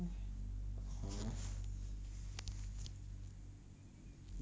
!huh!